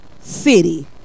City